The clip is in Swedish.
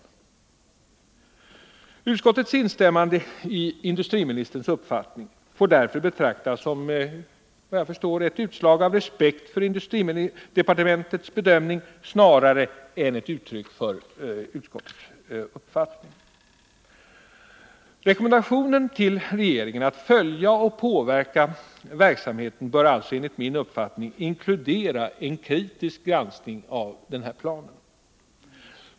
Utskottets instämmande i industriministerns uppfattning får därför, såvitt jag förstår, betraktas som ett utslag av respekt för industridepartementets bedömning snarare än som ett uttryck för utskottets uppfattning. Rekommendationen till regeringen att följa och påverka verksamheten bör alltså, enligt min uppfattning, inkludera en kritisk granskning av denna plan.